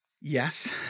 Yes